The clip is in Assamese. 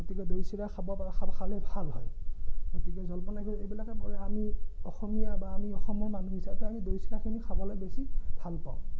গতিকে দৈ চিৰা খাব পাৰে খালে ভাল গতিকে জলপান এইবিলাকেই পৰে আমি অসমীয়া বা আমি অসমৰ মানুহ হিচাপে আমি দৈ চিৰাখিনি খাবলৈ বেছি ভাল পাওঁ